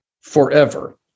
forever